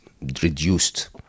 reduced